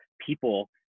people